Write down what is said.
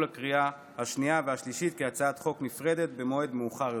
לקריאה השנייה והשלישית כהצעת חוק נפרדת במועד מאוחר יותר.